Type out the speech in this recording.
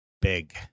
Big